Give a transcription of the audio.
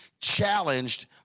challenged